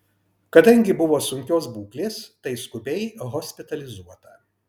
kadangi buvo sunkios būklės tai skubiai hospitalizuota